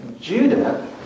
Judah